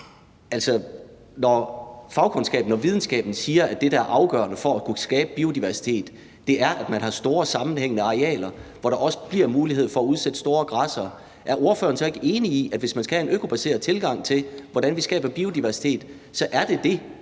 og videnskaben siger, at det, der er afgørende for at kunne skabe biodiversitet, er, at man har store sammenhængende arealer, hvor der også bliver mulighed for at udsætte store græssere, er ordføreren så ikke enig i, at hvis man skal have en økobaseret tilgang til, hvordan vi skaber biodiversitet, så er det det,